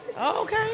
Okay